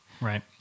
Right